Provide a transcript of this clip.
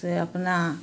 से अपना